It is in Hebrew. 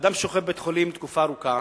אדם ששוכב בבית-חולים תקופה ארוכה,